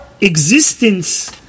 existence